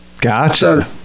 Gotcha